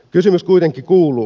kysymys kuitenkin kuuluu